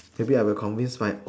maybe I'll convince my